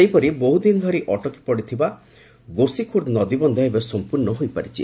ସେହିପରି ବହୃଦିନ ଧରି ଅଟକି ପଡ଼ିଥିବା ଗୋସିଖ୍ରର୍ଦ ନଦୀବନ୍ଧ ଏବେ ସମ୍ପର୍ଷ୍ଣ ହୋଇପାରିଛି